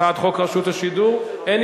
הצעת חוק רשות השידור, אין